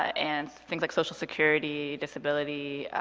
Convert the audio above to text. and things like social security, disability,